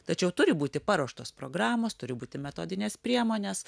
tačiau turi būti paruoštos programos turi būti metodinės priemonės